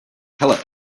hele